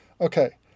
Okay